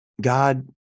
God